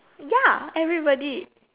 ya everybody